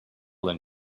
than